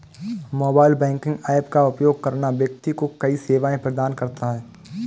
mobile banking app का उपयोग करना व्यक्ति को कई सेवाएं प्रदान करता है